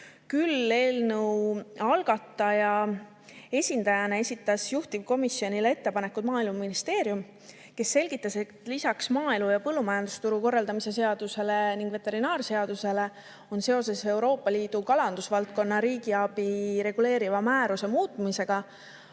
eelnõu algataja esindajana juhtivkomisjonile ettepanekud Maaeluministeerium, kes selgitas, et lisaks maaelu ja põllumajandusturu korraldamise seadusele ning veterinaarseadusele on seoses Euroopa Liidu kalandusvaldkonna riigiabi reguleeriva määruse muutmisega